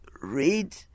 Read